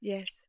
Yes